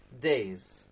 days